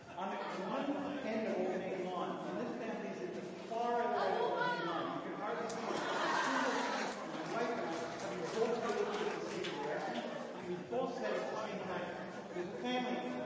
i'm at one end of old main lawn and this family's at the far other end of old main lawn. you could hardly see them. as soon as they turn the corner, my wife and i happen to both be looking in the same direction and we both said at the same time there's a family,